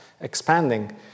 expanding